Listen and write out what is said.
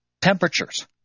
temperatures